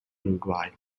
uruguay